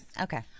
Okay